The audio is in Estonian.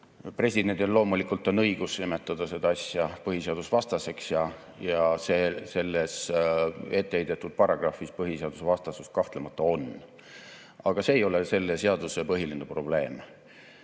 Presidendil on loomulikult õigus nimetada seda asja põhiseadusvastaseks ja selles ette heidetud paragrahvis põhiseadusvastasust kahtlemata on. Aga see ei ole selle seaduse põhiline probleem. Siin